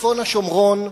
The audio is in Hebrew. מצפון השומרון,